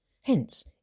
Hence